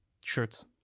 shirts